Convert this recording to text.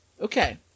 okay